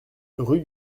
rue